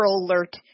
Alert